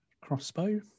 crossbow